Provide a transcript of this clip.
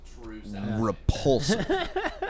repulsive